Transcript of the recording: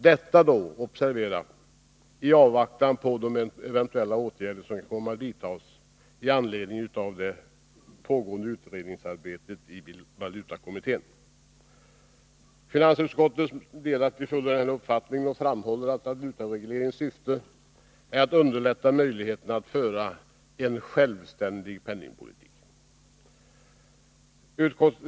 Detta gör man — observera det — i avvaktan på de eventuella åtgärder som kommer att vidtas med anledning av det pågående utredningsarbetet i valutakommittén. Finansutskottet delar till fullo regeringens uppfattning och framhåller att valutaregleringens syfte är att underlätta möjligheterna att föra en självständig penningpolitik.